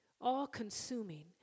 All-consuming